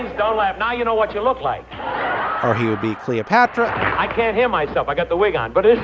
don't laugh. now you know what you look like or he would be cleopatra i can't hear myself. i got the wig on. but ah